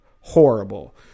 Horrible